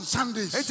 Sundays